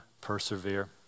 persevere